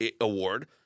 Award